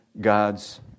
God's